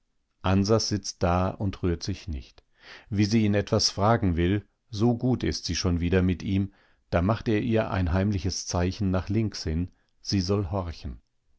ansas sitzt da und rührt sich nicht wie sie ihn etwas fragen will so gut ist sie schon wieder mit ihm da macht er ihr ein heimliches zeichen nach links hin sie soll horchen